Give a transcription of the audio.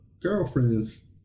girlfriends